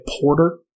Porter